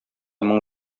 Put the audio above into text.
моң